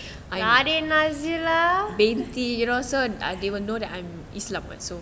nadin nazila